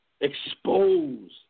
Expose